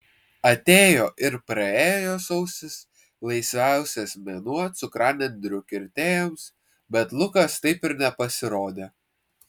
atėjo ir praėjo sausis laisviausias mėnuo cukranendrių kirtėjams bet lukas taip ir nepasirodė